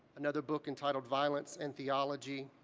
another book entitled violence and theology,